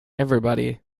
everybody